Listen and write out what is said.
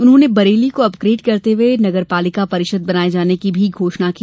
उन्होंने बरेली को अपग्रेड करते हुए नगरपालिका परिषद बनाये जाने की घोषणा की